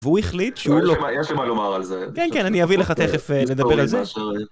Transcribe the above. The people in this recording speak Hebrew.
והוא החליט שהוא לא... יש לי מה לומר על זה. כן, כן, אני אביא לך תכף נדבר על זה.